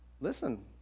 listen